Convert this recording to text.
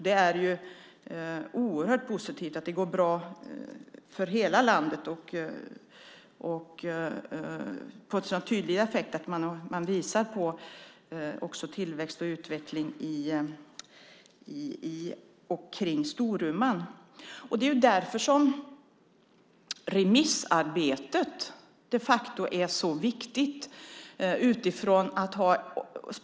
Det är oerhört positivt att det går bra för hela landet och att det får en sådan tydlig effekt att det visar på tillväxt och utveckling också i och kring Storuman. Det är därför som remissarbetet de facto är så viktigt.